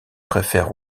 préfère